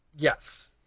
Yes